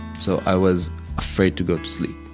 so i was afraid to go to sleep.